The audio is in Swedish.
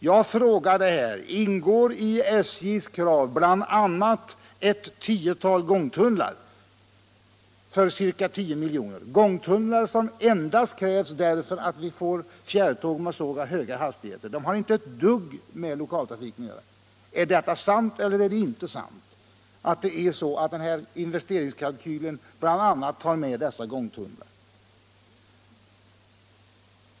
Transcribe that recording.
Jag frågade här: Ingår i SJ:s krav bl.a. ett tiotal gångtunnlar för sammanlagt ca 10 milj.kr., gångtunnlar som endast krävs därför att fjärrtågen får så höga hastigheter? Dessa har inte ett dugg med lokaltrafiken att göra. Är det sant eller är det inte sant att investeringskalkylen bl.a. tar med dessa gångtunnlar?